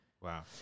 Wow